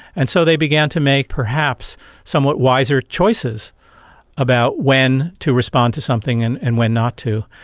and so they began to make perhaps somewhat wiser choices about when to respond to something and and when not to.